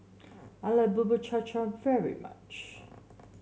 I like Bubur Cha Cha very much